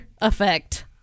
effect